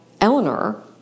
Eleanor